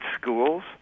schools